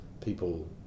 People